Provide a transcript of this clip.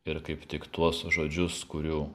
ir kaip tik tuos žodžius kurių